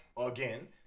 again